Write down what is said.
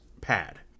pad